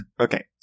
Okay